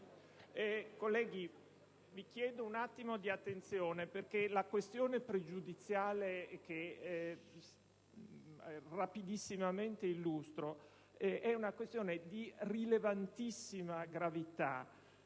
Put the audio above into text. colleghi, vi chiedo un momento di attenzione perché la questione pregiudiziale che rapidamente illustrerò è di rilevantissima gravità.